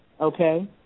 okay